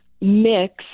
mix